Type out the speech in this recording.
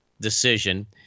decision